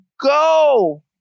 go